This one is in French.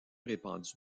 répandu